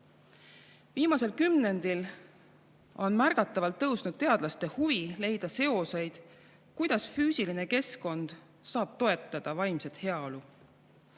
Viimasel kümnendil on märgatavalt kasvanud teadlaste huvi leida seoseid, kuidas füüsiline keskkond saab toetada vaimset heaolu.